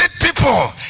people